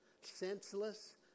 senseless